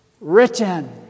written